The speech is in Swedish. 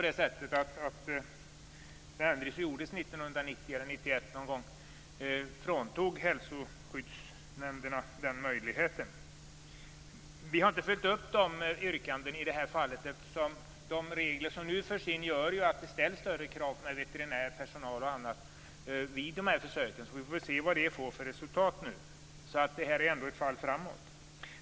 Den ändring som gjordes 1990 eller 1991 fråntog hälsoskyddsnämnderna den möjligheten. Vi har inte följt upp dessa yrkanden i det här fallet, eftersom de regler som nu förs in gör att det ställs större krav på veterinär, personal m.m. vid de här försöken. Vi får väl se vad det får för resultat. Det här är ändå ett fall framåt.